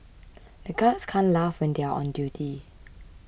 the guards can't laugh when they are on duty